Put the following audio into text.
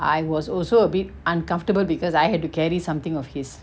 I was also a bit uncomfortable because I had to carry something of his